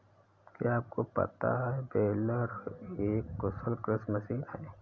क्या आपको पता है बेलर एक कुशल कृषि मशीन है?